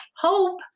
hope